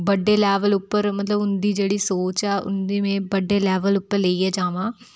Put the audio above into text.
बड्डे लैवल उप्पर मतलब उं'दी जेह्ड़ी सोच ऐ बड्डे लैवल पर लेइयै जामां